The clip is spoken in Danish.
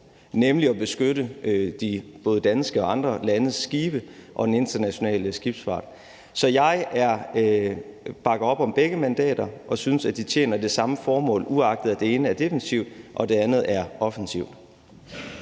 nemlig at beskytte både de danske og de andre landes skibe og den internationale skibsfart. Så jeg bakker op om begge mandater og synes, at de tjener det samme formål, uagtet at det ene er defensivt og det andet er offensivt.